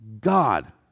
God